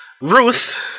Ruth